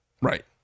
Right